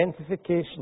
identification